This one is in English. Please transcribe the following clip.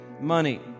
money